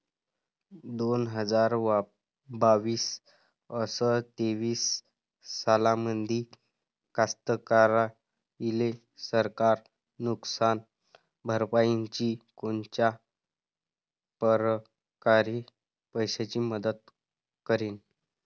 दोन हजार बावीस अस तेवीस सालामंदी कास्तकाराइले सरकार नुकसान भरपाईची कोनच्या परकारे पैशाची मदत करेन?